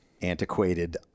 antiquated